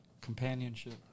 companionship